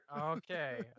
Okay